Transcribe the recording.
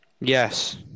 Yes